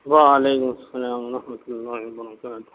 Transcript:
وعلیکم السلام و رحمۃ اللہ و برکاتہ